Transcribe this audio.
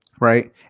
right